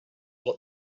what